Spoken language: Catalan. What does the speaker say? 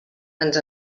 ens